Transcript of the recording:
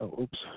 Oops